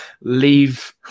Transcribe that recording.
leave